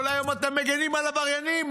כל היום אתם מגינים על עבריינים.